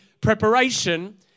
preparation